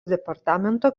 departamento